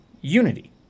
Unity